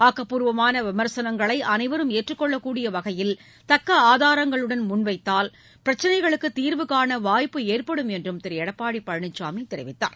ஆக்கப்பூர்வமான விமர்சனங்களை அனைவரும் ஏற்றுக்கொள்ளக் கூடிய வகையில் கக்க ஆதாரங்களுடன் முன்வைத்தால் பிரச்சிளைகளுக்குத் தீர்வு காண வாய்ப்பு ஏற்படும் என்றும் திரு எடப்பாடி பழனிசாமி தெரிவித்தார்